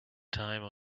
time